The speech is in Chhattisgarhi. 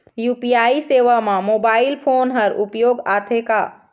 यू.पी.आई सेवा म मोबाइल फोन हर उपयोग आथे का?